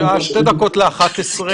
השעה שתי דקות ל-11:00,